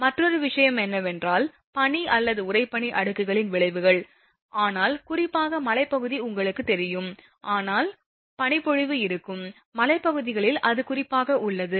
மற்றொரு விஷயம் என்னவென்றால் பனி அல்லது உறைபனி அடுக்குகளின் விளைவுகள் ஆனால் குறிப்பாக மலைப்பகுதி உங்களுக்குத் தெரியும் அதனால் பனிப்பொழிவு இருக்கும் மலைப்பகுதிகளில் அது குறிப்பாக உள்ளது